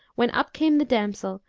when up came the damsel,